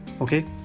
Okay